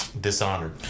Dishonored